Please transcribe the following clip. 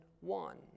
one